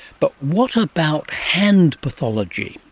but what about hand pathology?